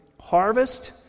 Harvest